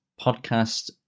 podcast